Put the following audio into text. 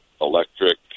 electric